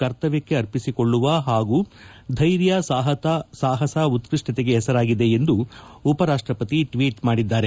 ಕರ್ತವ್ಯಕ್ಕೆ ಅರ್ಪಿಸಿಕೊಳ್ಳುವ ಹಾಗೂ ಧ್ವೆರ್ಯ ಸಾಹಸ ಉತ್ಕೃಷ್ವತೆಗೆ ಹೆಸರಾಗಿದೆ ಎಂದು ಉಪರಾಷ್ವಪತಿ ಟ್ವೀಟ್ ಮಾದಿದ್ದಾರೆ